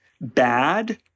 bad